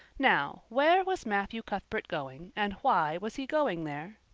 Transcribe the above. now, where was matthew cuthbert going and why was he going there?